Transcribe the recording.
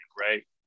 right